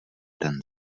ten